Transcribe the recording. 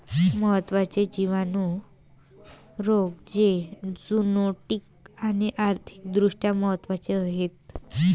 महत्त्वाचे जिवाणू रोग जे झुनोटिक आणि आर्थिक दृष्ट्या महत्वाचे आहेत